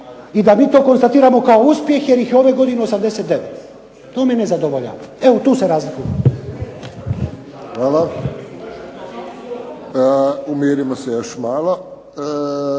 i da mi to konstatiramo kao uspjeh jer ih je ove godine 89. to mene ne zadovoljava. Evo tu se razlikujemo. **Friščić, Josip